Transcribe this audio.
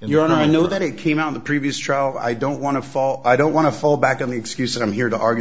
and you're not i know that it came out in the previous trial i don't want to fall i don't want to fall back on the excuse that i'm here to argue